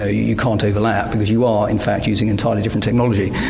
ah you can't overlap. because you are, in fact, using entirely different technology.